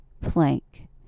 plank